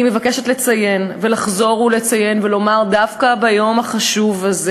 אני מבקשת לציין ולחזור ולציין ולומר דווקא ביום החשוב הזה: